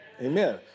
Amen